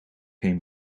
geen